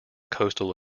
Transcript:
coastal